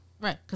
Right